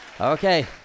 Okay